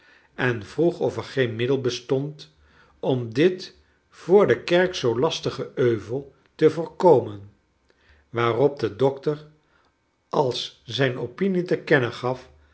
en vroeg of er geen middel bestond om dit voor de kerk zoo lastige euvel te voorkomen waarop de dokter als zijn opinie te kennen gaf